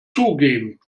zugeben